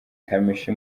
kamichi